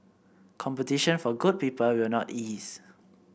competition for good people will not ease